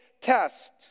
test